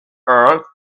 earth